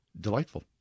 delightful